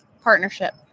Partnership